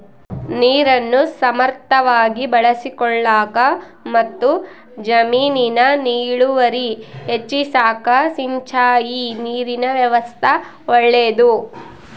ನೀರನ್ನು ಸಮರ್ಥವಾಗಿ ಬಳಸಿಕೊಳ್ಳಾಕಮತ್ತು ಜಮೀನಿನ ಇಳುವರಿ ಹೆಚ್ಚಿಸಾಕ ಸಿಂಚಾಯಿ ನೀರಿನ ವ್ಯವಸ್ಥಾ ಒಳ್ಳೇದು